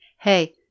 Hey